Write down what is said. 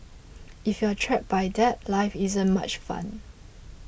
if you are trapped by that life isn't much fun